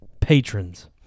Patrons